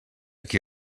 qui